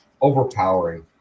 overpowering